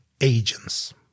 agents